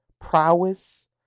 prowess